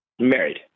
Married